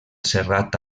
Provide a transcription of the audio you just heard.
serrat